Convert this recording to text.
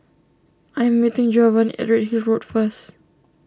I am meeting Giovanni at Redhill Road first